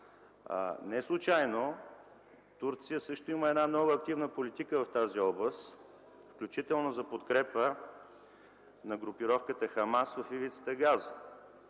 Неслучайно Турция също има една нова активна политика в тази област, включително за подкрепа на групировката „Хамас” в Ивицата Газа.